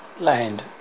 land